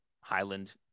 Highland